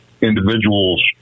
individuals